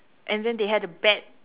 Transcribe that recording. and then they had a bet